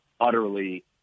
utterly